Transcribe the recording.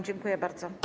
Dziękuję bardzo.